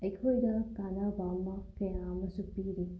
ꯑꯩꯈꯣꯏꯗ ꯀꯥꯟꯅꯕ ꯑꯃ ꯀꯌꯥ ꯑꯃꯁꯨ ꯄꯤꯔꯤ